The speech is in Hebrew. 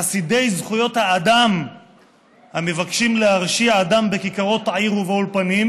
חסידי זכויות האדם המבקשים להרשיע אדם בכיכרות העיר ובאולפנים,